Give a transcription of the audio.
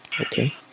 Okay